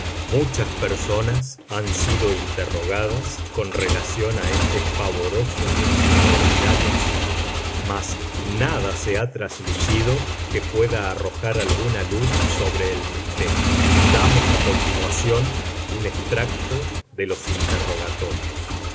muchas personas han sido interrogadas con relación a este pavoroso y extraordinario asunto mas nada se ha traslucido que pueda arrojar alguna luz sobre el misterio damos a continuación un extracto de los interrogatorios